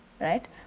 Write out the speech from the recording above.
right